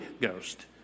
Ghost